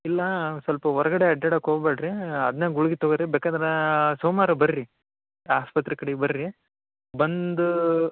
ಇಲ್ಲ ಸ್ವಲ್ಪ ಹೊರ್ಗಡೆ ಅಡ್ಡಾಡಕ್ಕೆ ಹೋಗ್ಬೇಡ್ರಿ ಅದನ್ನೇ ಗುಳಿಗೆ ತಗೋರಿ ಬೇಕಾದ್ರೆ ಸೋಮವಾರ ಬರ್ರಿ ಆಸ್ಪತ್ರೆ ಕಡಿಗೆ ಬರ್ರಿ ಬಂದು